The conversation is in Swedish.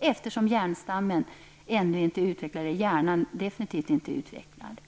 Hjärnan är nämligen inte tillräckligt utvecklad i den åldern.